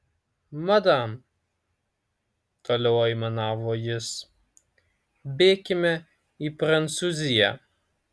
madam toliau aimanavo jis bėkime į prancūziją